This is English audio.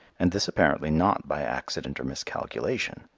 and this apparently not by accident or miscalculation,